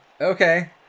Okay